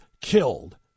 killed